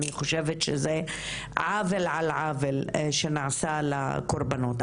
אני חושבת שזה עוול על עוול שנעשה לקורבנות.